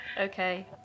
Okay